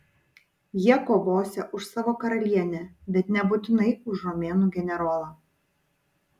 jie kovosią už savo karalienę bet nebūtinai už romėnų generolą